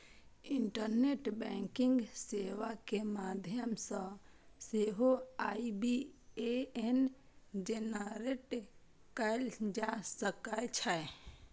internet banking सेवा के माध्यम सं सेहो आई.बी.ए.एन जेनरेट कैल जा सकै छै